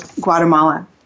Guatemala